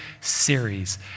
series